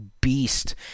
beast